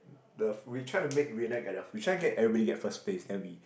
the we trying to make Raned get the we trying get everybody get first place then we